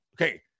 okay